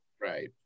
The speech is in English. right